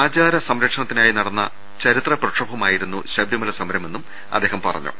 ആചാര സംരക്ഷണത്തിനായി നടന്ന ചരിത്ര പ്രക്ഷോഭമായിരുന്നു ശബരിമല സമരമെന്നും അദ്ദേഹം പറഞ്ഞു